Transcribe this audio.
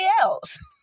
else